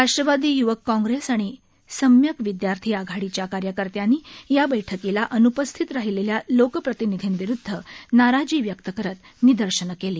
राष्ट्रवादी यवक काँग्रेस आणि सम्यक विदयार्थी आघाडीच्या कार्यकर्त्यांनी या बैठकीला अनुपस्थित राहिलेल्या लोकप्रतिनीधींविरुदध नाराजी व्यक्त करत निदर्शनं केली